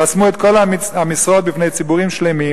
חסמו את כל המשרות בפני ציבורים שלמים,